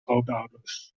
grootouders